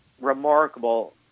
remarkable